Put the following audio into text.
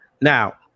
Now